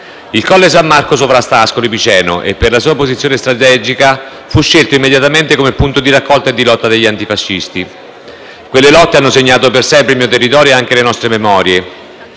Il Colle San Marco sovrasta Ascoli Piceno e, per la sua posizione strategica, fu scelto immediatamente come punto di raccolta e di lotta dagli antifascisti. Quelle lotte hanno segnato per sempre il mio territorio e anche le nostre memorie.